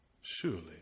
surely